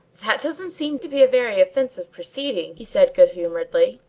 that doesn't seem to be a very offensive proceeding, he said good-humouredly.